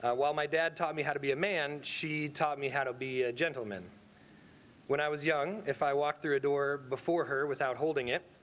while my dad taught me how to be a man she taught me how to be a gentleman when i was young. if i walk through a door before her without holding it.